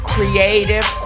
Creative